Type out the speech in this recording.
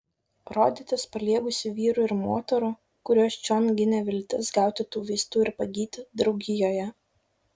rodytis paliegusių vyrų ir moterų kuriuos čion ginė viltis gauti tų vaistų ir pagyti draugijoje